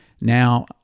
Now